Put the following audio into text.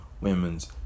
Women's